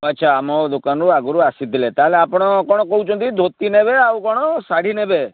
ଆଚ୍ଛା ଆମଓ ଦୋକାନରୁ ଆଗରୁ ଆସିଥିଲେ ତା'ହେଲେ ଆପଣ କ'ଣ କହୁଛନ୍ତି ଧୋତି ନେବେ ଆଉ କ'ଣ ଶାଢ଼ୀ ନେବେ